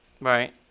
Right